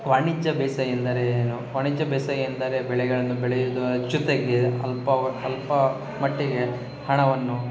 ವಾಣಿಜ್ಯ ಬೇಸಾಯ ಎಂದರೇನು ವಾಣಿಜ್ಯ ಬೇಸಾಯ ಎಂದರೆ ಬೆಳೆಗಳನ್ನು ಬೆಳೆಯುವುದರ ಜೊತೆಗೆ ಅಲ್ಪವ ಅಲ್ಪ ಮಟ್ಟಿಗೆ ಹಣವನ್ನು